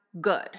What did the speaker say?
good